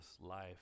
life